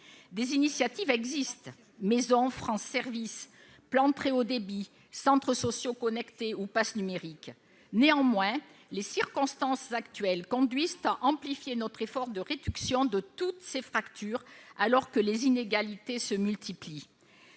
Des initiatives existent : maisons France services, plan France Très haut débit, centres sociaux connectés ou pass numérique. Néanmoins, les circonstances actuelles conduisent à amplifier notre effort de réduction de toutes ces fractures, alors que les inégalités se multiplient.